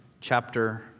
Chapter